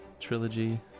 trilogy